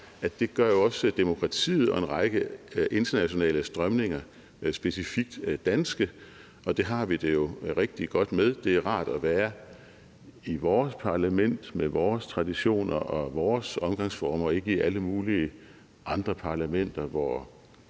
at det gør jo også demokratiet og en række internationale strømninger specifikt danske. Og det har vi det jo rigtig godt med. Det er rart at være i vores parlament med vores traditioner og vores omgangsformer og ikke i alle mulige andre parlamenter,